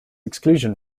exclusion